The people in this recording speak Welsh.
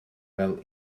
fel